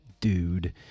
dude